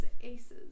Ace's